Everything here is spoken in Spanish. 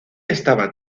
estaba